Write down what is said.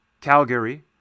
Calgary